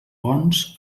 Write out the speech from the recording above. bons